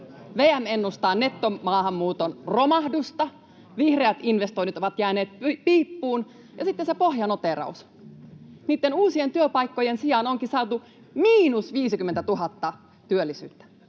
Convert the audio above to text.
VM ennustaa nettomaahanmuuton romahdusta, vihreät investoinnit ovat jääneet piippuun, ja sitten se pohjanoteeraus: niitten uusien työpaikkojen sijaan onkin saatu miinus 50 000 työllistä.